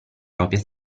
propria